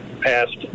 passed